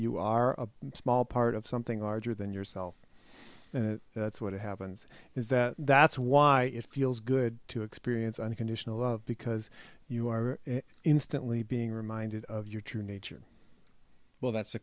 you are a small part of something larger than yourself that's what happens is that that's why it feels good to experience unconditional love because you are instantly being reminded of your true nature well that's the